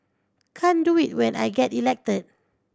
can't do it when I get elected